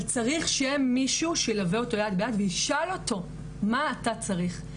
אבל צריך שיהיה מישהו שילווה אותו יד ביד וישאל אותו מה אתה צריך?